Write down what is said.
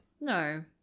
No